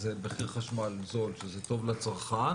אז זה מחיר חשמל זול שזה טוב לצרכן.